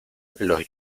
los